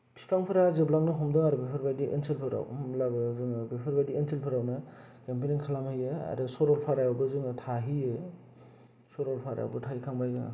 बिफांफोरा जोबलांनो हमदों आरो बेफोरबायदि ओनसोलफोराव होनब्लाबो जोङो बेफोरबायदि ओनसोलफोरावनो केमपिंक खालाम हैयो आरो सरलफाराआवबो जोङो थाहैयो सरलफाराआवबो थाहैखांबाय जोङो